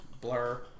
Blur